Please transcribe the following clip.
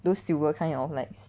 those silver kind of like s~